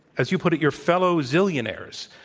as you put it, your fellow zillionaires,